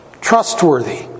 trustworthy